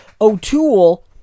O'Toole